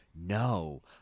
No